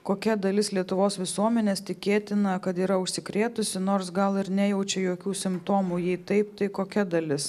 kokia dalis lietuvos visuomenės tikėtina kad yra užsikrėtusi nors gal ir nejaučia jokių simptomų jei taip tai kokia dalis